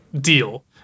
deal